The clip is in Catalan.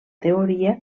teoria